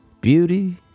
beauty